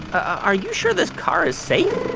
are you sure this car is safe?